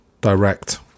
direct